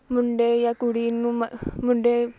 ਮੁੰਡੇ ਜਾਂ ਕੁੜੀ ਨੂੰ ਮ ਮੁੰਡੇ